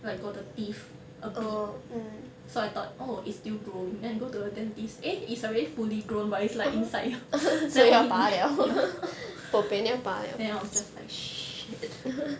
like got the teeth a bit so I thought oh is still growing then I go to the dentist eh is already fully grown but it's like inside so onl~ ya then I was just like shit